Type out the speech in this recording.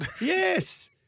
Yes